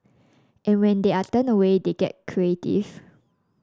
and when they are turned away they get creative